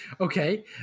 okay